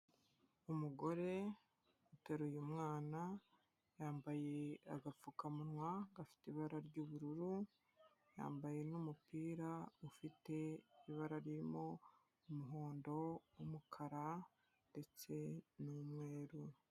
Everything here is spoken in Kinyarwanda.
Umugore uteruye umwana, yambaye agapfukamunwa gafite ibara ry'ubururu, yambaye n'umupira ufite ibara ririmo umuhondo n'umukara ndetse n'umweru.